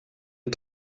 est